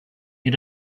you